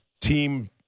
team